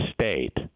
state